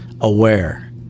aware